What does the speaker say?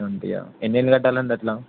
ట్వంటీయా ఎన్నేళ్ళు కట్టాలండి అట్లా